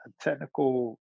technical